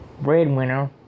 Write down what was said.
breadwinner